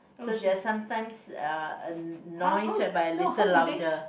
so there's sometimes uh noise whereby a little louder